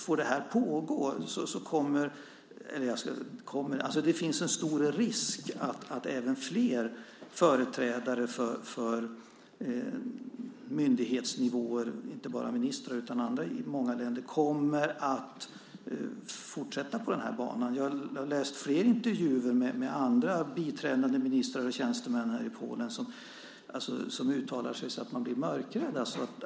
Om det här får pågå finns det en stor risk att även fler företrädare för myndighetsnivåer - inte bara ministrar utan andra i många länder - kommer att fortsätta på den här banan. Jag har läst fler intervjuer med andra biträdande ministrar och tjänstemän i Polen som uttalar sig så att man blir mörkrädd.